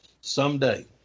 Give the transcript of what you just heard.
someday